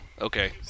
okay